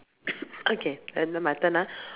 okay then now my turn ah